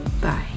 Bye